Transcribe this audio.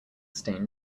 stain